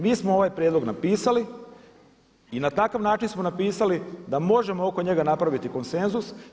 Mi smo ovaj prijedlog napisali i na takav način smo napisali da možemo oko njega napraviti konsenzus.